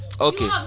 Okay